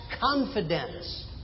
confidence